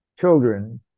children